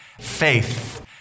Faith